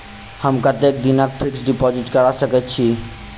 हम कतेक दिनक फिक्स्ड डिपोजिट करा सकैत छी?